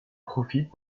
profitent